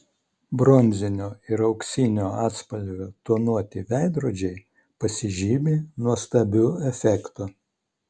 bronzinio ir auksinio atspalvio tonuoti veidrodžiai pasižymi nuostabiu efektu